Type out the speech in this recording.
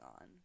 on